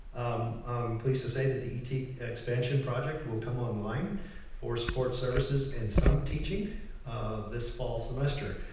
i'm pleased to say that the et expansion project will come online for support services and some teaching this fall semester.